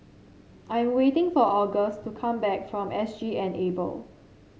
I am waiting for Auguste to come back from S G Enable